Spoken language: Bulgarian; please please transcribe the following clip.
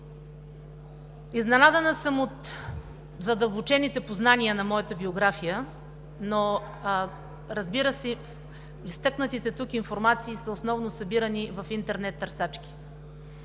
Изненадана съм от задълбочените познания на моята биография, но, разбира се, изтъкнатите тук информации основно са събирани в интернет търсачки.